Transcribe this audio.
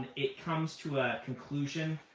it comes to a conclusion.